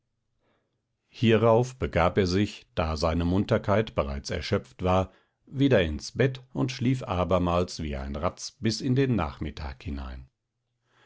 hierauf begab er sich da seine munterkeit bereits erschöpft war wieder ins bett und schlief abermals wie ein ratz bis in den nachmittag hinein